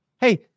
Hey